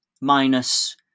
minus